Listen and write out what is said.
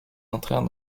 entrèrent